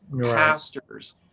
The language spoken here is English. pastors